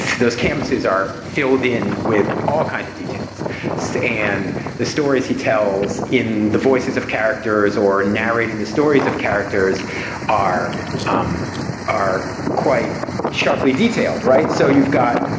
those canvases are filled in with all kinds of details so and the stories he tells in the voices of characters or narrating the stories of characters are um are quite sharply detailed. right. so you've got